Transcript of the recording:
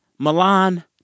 Milan